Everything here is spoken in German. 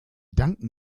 danken